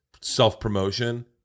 self-promotion